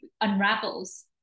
unravels